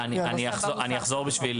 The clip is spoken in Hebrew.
אם היא תראה